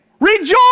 Rejoice